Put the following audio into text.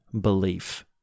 belief